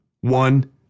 one